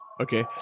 Okay